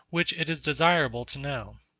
which it is desirable to know.